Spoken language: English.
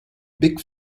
big